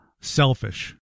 selfish